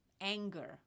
anger